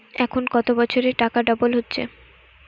এখন কত বছরে টাকা ডবল হচ্ছে?